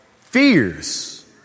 fears